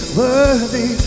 worthy